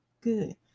good